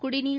குடிநீர்